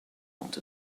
want